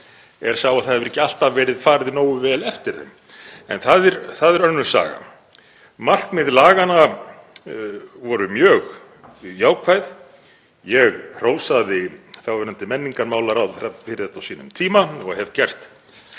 er sá að það hefur ekki alltaf verið farið nógu vel eftir þeim en það er önnur saga. Markmið laganna voru mjög jákvæð. Ég hrósaði þáverandi menningarmálaráðherra fyrir þetta á sínum tíma og hef gert